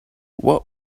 what